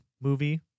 movie